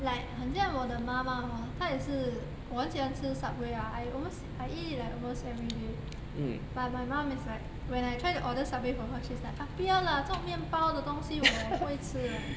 like 很像我的妈妈 hor 她也是我很喜欢吃 Subway ah I almost I eat it like almost everyday but my mum is like when I try to order Subway for her she's like 啊不要啦这种面包的东西我不会吃的